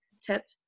tip